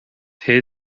hyn